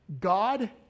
God